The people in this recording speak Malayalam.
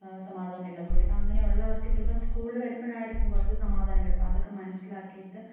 സമാധാനം ഇല്ലാത്ത കുട്ടി അപ്പം അങ്ങനെ ഉള്ളവർക്ക് ചിലപ്പം സ്കൂളിൽ വരുമ്പോഴായിരിക്കും കുറച്ച് സമാധാനം കിട്ടുക അപ്പം അതൊക്കെ മനസ്സിലാക്കിയിട്ട്